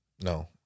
No